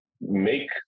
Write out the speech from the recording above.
make